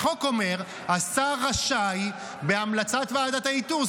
החוק אומר שהשר רשאי, בהמלצת ועדת האיתור.